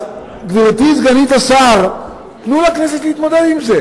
אז גברתי סגנית השר, תנו לכנסת להתמודד עם זה.